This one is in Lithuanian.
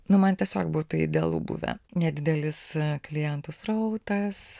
nu man tiesiog būtų idealu buvę nedidelis klientų srautas